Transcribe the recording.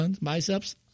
biceps